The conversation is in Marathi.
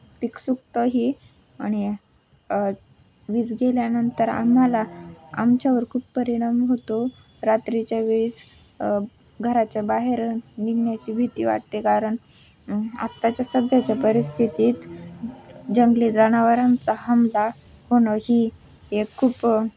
पिक सुकतंही आणि वीज गेल्यानंतर आम्हाला आमच्यावर खूप परिणाम होतो रात्रीच्या वेळेस घराच्या बाहेर निघण्याची भीती वाटते कारण आत्ताच्या सध्याच्या परिस्थितीत जंगली जनावरांचा हमला होणं ही हे खूप